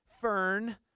Fern